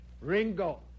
Ringo